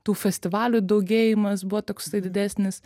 tų festivalių daugėjimas buvo toksai didesnis